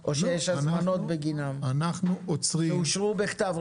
או שיש הזמנות בגינם ואושרו בכתב?